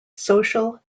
social